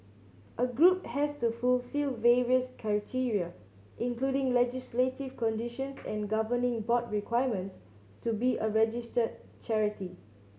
a group has to fulfil various criteria including legislative conditions and governing board requirements to be a registered charity